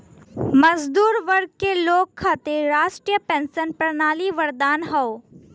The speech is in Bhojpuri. मजदूर वर्ग के लोग खातिर राष्ट्रीय पेंशन प्रणाली वरदान हौ